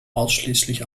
ausschließlich